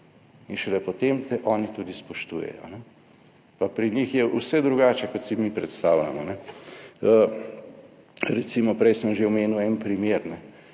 in šele potem te oni tudi spoštujejo. Pa pri njih je vse drugače, kot si mi predstavljamo. Recimo, prej sem že omenil en primer,